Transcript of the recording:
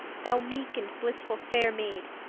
thou meek and blissful faire maid,